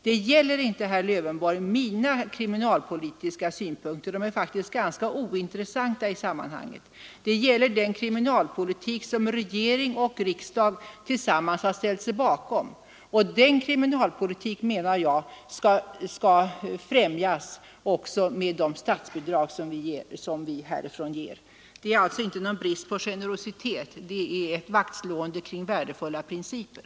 Det gäller inte, herr Lövenborg, mina kriminalpolitiska synpunkter — som faktiskt är ganska ointressanta i sammanhanget — utan det gäller den kriminalpolitik som regering och riksdag tillsammans har ställt sig bakom. Och den kriminalpolitiken skall, menar jag, främjas också med de statsbidrag vi härifrån ger. Det är alltså inte fråga om bristande generositet; det är ett vaktslående kring värdefulla principer.